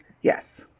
Yes